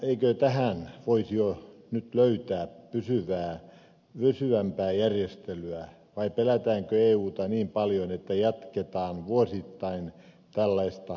eikö tähän voisi jo nyt löytää pysyvämpää järjestelyä vai pelätäänkö euta niin paljon että jatketaan vuosittain tällaista aloitetoimintaa